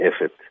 effort